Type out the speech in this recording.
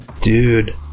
Dude